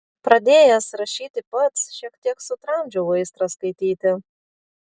pradėjęs rašyti pats šiek tiek sutramdžiau aistrą skaityti